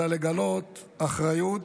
אלא לגלות אחריות,